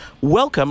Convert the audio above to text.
welcome